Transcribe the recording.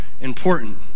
important